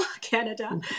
Canada